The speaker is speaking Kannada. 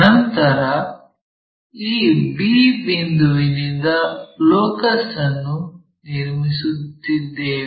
ನಂತರ ಈ b ಬಿಂದುವಿನಿಂದ ಲೋಕಸ್ ಅನ್ನು ನಿರ್ಮಿಸಿದ್ದೇವೆ